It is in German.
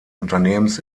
unternehmens